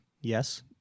yes